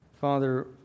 Father